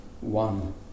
one